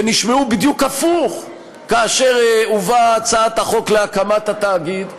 שנשמעו בדיוק הפוך כאשר הובאה הצעת החוק להקמת התאגיד,